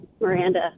Miranda